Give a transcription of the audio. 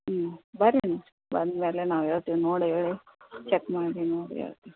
ಹ್ಞೂ ಬನ್ರಿ ನೀವು ಬಂದ ಮೇಲೆ ನಾವು ಹೇಳ್ತೀವ್ ನೋಡಿ ಹೇಳಿ ಚೆಕ್ ಮಾಡಿ ನೋಡಿ ಹೇಳ್ತೀವ್